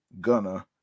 Gunner